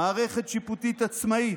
מערכת שיפוטית עצמאית,